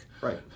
right